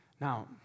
Now